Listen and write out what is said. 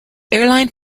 airline